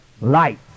light